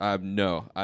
No